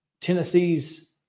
Tennessee's